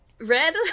Red